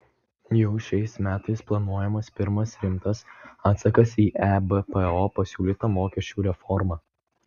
jau šiais metais planuojamas pirmas rimtas atsakas į ebpo pasiūlytą mokesčių reformą